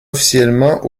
officiellement